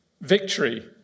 Victory